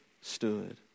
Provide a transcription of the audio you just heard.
stood